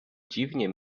dziwnie